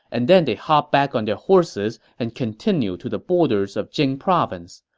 and then they hopped back on their horses and continued to the borders of jing province.